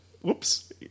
whoops